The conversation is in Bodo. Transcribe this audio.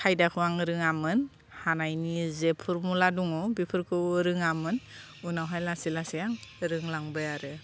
खायदाखौ आं रोङामोन हानायनि जे फरमुला दङ बेफोरखौ रोङामोन उनावहाय लासै लासै आं रोंलांबाय आरो